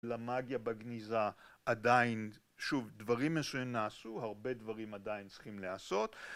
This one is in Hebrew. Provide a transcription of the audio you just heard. למאגיה בגניזה עדיין שוב דברים מסוימים נעשו הרבה דברים עדיין צריכים לעשות